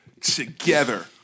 together